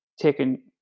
taken